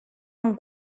amb